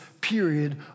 period